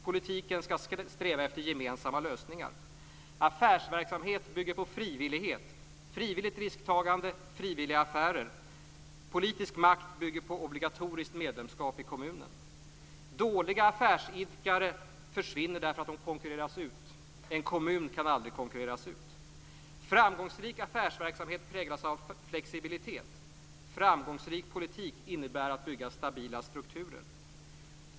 Politiken skall sträva efter gemensamma lösningar. Affärsverksamhet bygger på frivillighet - frivilligt risktagande och frivilliga affärer. Politisk makt bygger på obligatoriskt medlemskap i kommunen. Dåliga affärsidkare försvinner därför att de konkurreras ut. En kommun kan aldrig konkurreras ut. Framgångsrik affärsverksamhet präglas av flexibilitet. Framgångsrik politik innebär att bygga stabila strukturer.